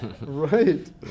Right